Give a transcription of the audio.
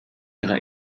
ihrer